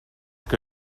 que